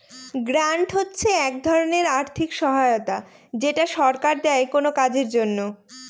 grant হচ্ছে এক ধরনের আর্থিক সহায়তা যেটা সরকার দেয় কোনো কাজের জন্য